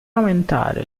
aumentare